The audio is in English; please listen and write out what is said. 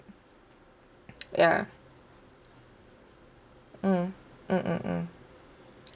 ya mm mm mm mm